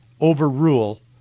overrule